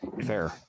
Fair